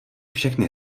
všechny